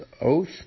oath